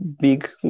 big